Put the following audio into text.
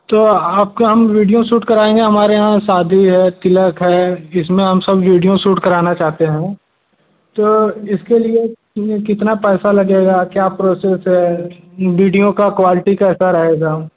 तो आपका हम वीडियो सूट कराएँगे हमारे यहाँ शादी है तिलक है इस में हम सब वीडियो सूट कराना चाहते हैं तो इसके लिए कितना पैसा लगेगा क्या प्रोसेस है वीडियो की क्वालटी कैसा रहेगी